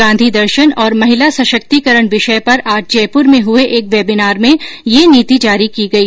गांधी दर्शन और महिला संशक्तिकरण विषय पर आज जयपुर में हुए एक वेबिनार में यह नीति जारी की गई